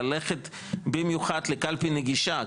ללכת במיוחד לקלפי נגישה,